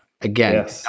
Again